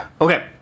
Okay